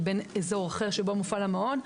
לבין אזור אחר שבו מופעל המעון,